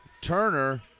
Turner